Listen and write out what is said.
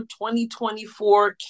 2024